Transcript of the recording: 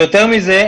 ויותר מזה,